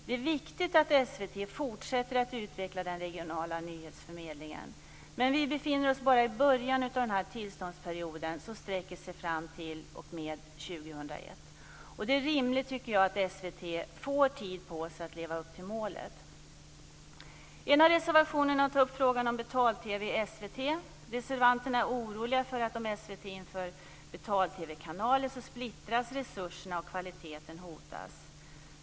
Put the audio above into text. Det är viktigt att SVT fortsätter att utveckla den regionala nyhetsförmedlingen, men vi befinner oss bara i början av den här tillståndsperioden som sträcker sig fram t.o.m. 2001. Jag tycker att det är rimligt att SVT får tid på sig att leva upp till målet. I en av reservationerna tas frågan om betal-TV i SVT upp. Reservanterna är oroliga för att resurserna splittras och kvaliteten hotas om SVT inför betal-TV kanaler.